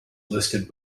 listed